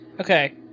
Okay